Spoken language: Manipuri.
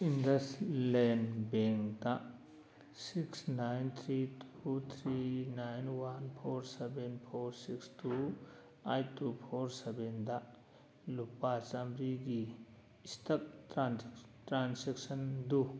ꯏꯟꯗꯁꯂꯦꯟ ꯕꯦꯡꯗ six nine three two three nine one four seven four six two eight two four ꯁꯕꯦꯟꯗ ꯂꯨꯄꯥ ꯆꯃꯔꯤꯒꯤ ꯁ꯭ꯇꯛ ꯇ꯭ꯔꯥꯟꯁꯦꯛꯁꯟꯗꯨ